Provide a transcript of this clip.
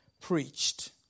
preached